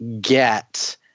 get